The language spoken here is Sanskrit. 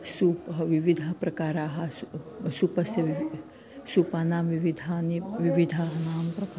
सूपः विविधप्रकाराः सु सूपस्य विविधः सूपानां विविधानि विविधानां प्रकारः